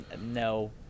No